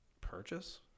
purchase